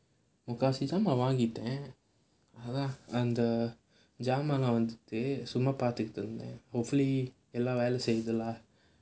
முக்காவாசி ஜாமான் வாங்கிட்டேன் அதான் அந்த ஜாமான் லாம் வந்துட்டு சும்மா பார்த்துட்டு இருந்தேன்:mukkaavaasi jaamaan vaangittaen athaan antha jaamaan laam vanthuttu summaa paarthuttu irunthaen hopefully எல்லாம் வேல செய்யுதுல:ellaam vela seiyuthula